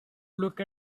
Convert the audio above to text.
look